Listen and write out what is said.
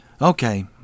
Okay